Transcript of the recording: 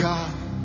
God